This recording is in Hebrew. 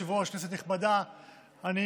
חברת הכנסת קרן ברק,